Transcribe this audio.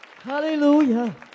hallelujah